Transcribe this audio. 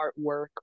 artwork